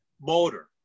motor